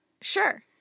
Sure